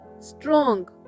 strong